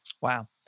Wow